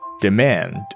Demand